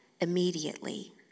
immediately